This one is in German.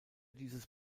dieses